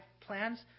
plans